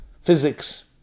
physics